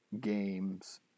games